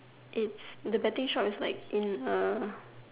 it's the betting shop is like in A